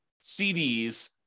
CDs